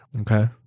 Okay